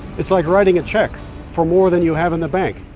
it's like writing a check for more than you have in the bank.